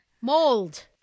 Mold